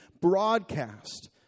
broadcast